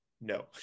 no